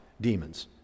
demons